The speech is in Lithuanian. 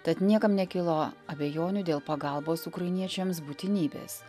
tad niekam nekilo abejonių dėl pagalbos ukrainiečiams būtinybės